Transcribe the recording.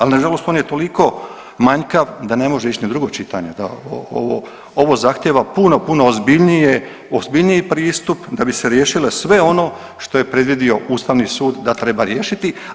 Ali na žalost on je toliko manjkav da ne može ići ni u drugo čitanje, ovo zahtijeva puno, puno ozbiljniji pristup da bi se riješilo sve ono što je predvidio Ustavni sud da treba riješiti.